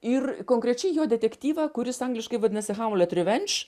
ir konkrečiai jo detektyvą kuris angliškai vadinasi hamlet revenge